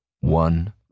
one